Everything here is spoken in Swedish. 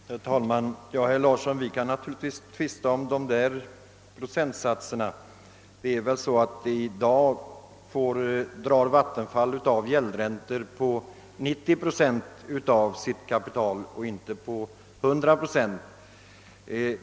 Herr talman! Ja, herr Larsson i Umeå, vi kan naturligtvis tvista om dessa procentsatser. Det är väl så att vattenfallsverket i dag drar av gällande ränta på 90 procent av sitt kapital och inte på 100 procent.